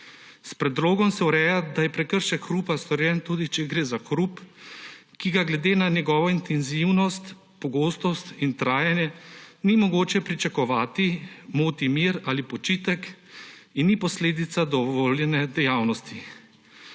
S predlogom se ureja, da je prekršek hrupa storjen, tudi če gre za hrup, ki ga glede na njegovo intenzivnost, pogostost in trajanje ni mogoče pričakovati, moti mir ali počitek in ni posledica dovoljene dejavnosti.